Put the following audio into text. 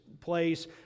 place